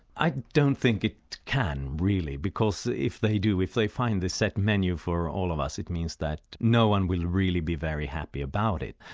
i don't think it can really, because if they do, if they find the set menu for all of us, it means that no-one will really be very happy about it,